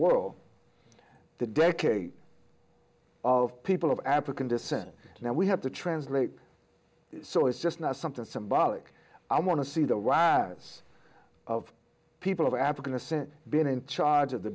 world the decade of people of african descent now we have to translate so it's just not something symbolic i want to see the rise of people of african descent been in charge of the